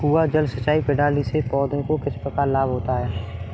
कुआँ जल सिंचाई प्रणाली से पौधों को किस प्रकार लाभ होता है?